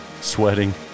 sweating